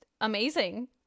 amazing